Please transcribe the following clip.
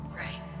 right